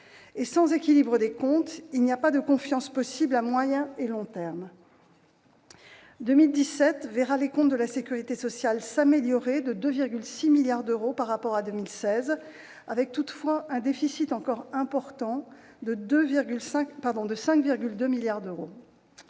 sans équilibre des comptes, il n'y a pas de confiance possible à moyen et à long terme. L'année 2017 verra les comptes de la sécurité sociale s'améliorer de 2,6 milliards d'euros par rapport à 2016, avec toutefois un déficit encore important de 5,2 milliards d'euros.